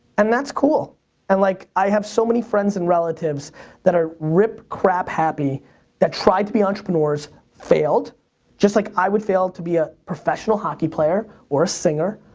and that's cool and like i have so many friends and relatives that are rip crap happy that tried to be entrepreneurs, failed just like i would fail to be a professional hockey player or a singer,